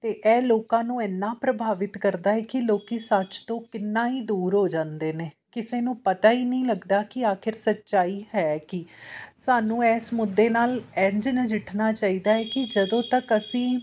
ਅਤੇ ਇਹ ਲੋਕਾਂ ਨੂੰ ਇੰਨਾ ਪ੍ਰਭਾਵਿਤ ਕਰਦਾ ਹੈ ਕਿ ਲੋਕ ਸੱਚ ਤੋਂ ਕਿੰਨਾ ਹੀ ਦੂਰ ਹੋ ਜਾਂਦੇ ਨੇ ਕਿਸੇ ਨੂੰ ਪਤਾ ਹੀ ਨਹੀਂ ਲੱਗਦਾ ਕਿ ਆਖਿਰ ਸੱਚਾਈ ਹੈ ਕੀ ਸਾਨੂੰ ਇਸ ਮੁੱਦੇ ਨਾਲ ਇੰਝ ਨਜਿੱਠਣਾ ਚਾਹੀਦਾ ਕਿ ਜਦੋਂ ਤੱਕ ਅਸੀਂ